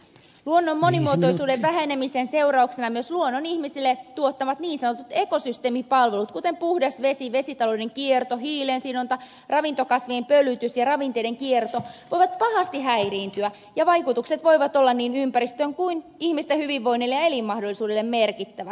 luonnon monimuotoisuuden vähenemisen seurauksena myös luonnon ihmisille tuottamat niin sanotut ekosysteemipalvelut kuten puhdas vesi vesitalouden kierto hiilen sidonta ravintokasvien pölytys ja ravinteiden kierto voivat pahasti häiriintyä ja vaikutukset voivat olla niin ympäristölle kuin ihmisten hyvinvoinnille ja elinmahdollisuuksille merkittävät